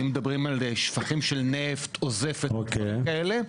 אם מדברים על שפכים של נפט או זפת או דברים כאלה.